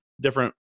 different